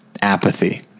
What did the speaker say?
apathy